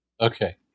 Okay